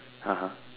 (uh huh)